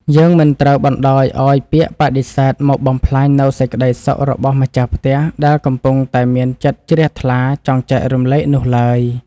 យើងមិនត្រូវបណ្តោយឱ្យពាក្យបដិសេធមកបំផ្លាញនូវសេចក្តីសុខរបស់ម្ចាស់ផ្ទះ ដែលកំពុងតែមានចិត្តជ្រះថ្លាចង់ចែករំលែកនោះឡើយ។